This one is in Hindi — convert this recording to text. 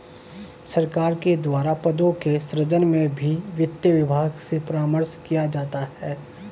सरकार के द्वारा पदों के सृजन में भी वित्त विभाग से परामर्श किया जाता है